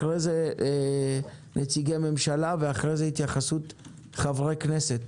אחרי זה נציגי ממשלה והתייחסות של חברי כנסת.